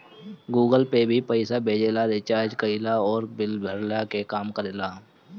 Google Pay भी पईसा भेजला, रिचार्ज कईला अउरी बिल भरला के काम करेला